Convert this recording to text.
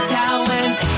talent